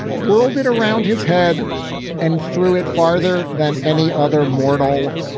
whirled it around his head and threw it farther than any other mortal.